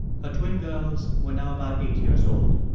her twin girls were now about eight years old.